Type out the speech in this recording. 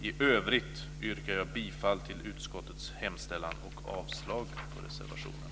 I övrigt yrkar jag bifall till utskottets hemställan och avslag på reservationerna.